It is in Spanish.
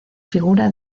figura